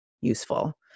useful